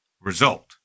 result